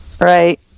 right